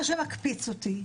מה שמקפיץ אותי,